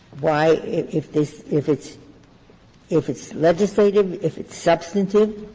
why if this if it's if it's legislative, if it's substantive,